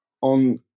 on